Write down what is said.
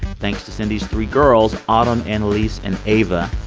thanks to cindy's three girls, autumn, annalis and ava.